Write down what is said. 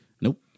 Nope